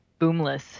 boomless